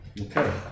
Okay